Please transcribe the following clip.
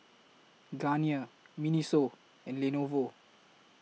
Garnier Miniso and Lenovo